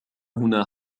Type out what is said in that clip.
هنا